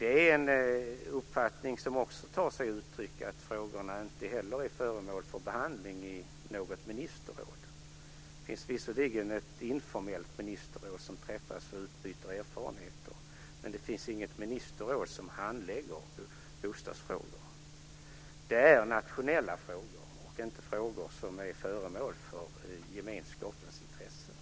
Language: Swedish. Det är en uppfattning som också tar sig uttryck i att dessa frågor inte heller är föremål för behandling i något ministerråd. Det finns visserligen ett informellt ministerråd som träffas och utbyter erfarenheter, men det finns inget ministerråd som handlägger bostadsfrågor. Det är nationella frågor som inte är föremål för gemenskapens intressen.